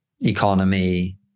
economy